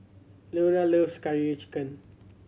Loria loves Curry Chicken